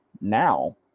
now